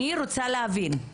אני רוצה להבין.